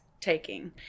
taking